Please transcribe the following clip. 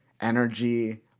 energy